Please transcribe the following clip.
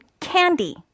candy